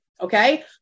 Okay